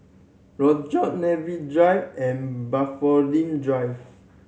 Rochor Drive and Drive